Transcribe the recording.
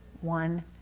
One